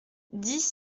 dix